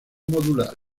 modular